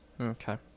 Okay